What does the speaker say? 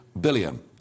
billion